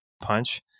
punch